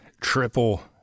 triple